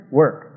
work